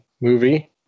movie